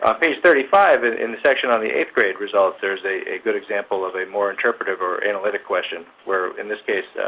page thirty five in the section on the eighth grade results, there is a a good example of a more interpretive or analytic question, where, in this case,